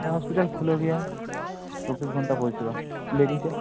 ᱦᱮᱸ ᱦᱳᱥᱯᱤᱴᱟᱞ ᱠᱷᱩᱞᱟᱣ ᱜᱣᱭᱟ ᱪᱚᱵᱵᱤᱥ ᱜᱷᱚᱱᱴᱟ ᱯᱚᱨᱤ ᱥᱮᱵᱟ ᱞᱟᱹᱭ ᱵᱮᱱ ᱪᱮᱫ